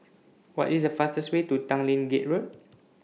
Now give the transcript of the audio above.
What IS The fastest Way to Tanglin Gate Road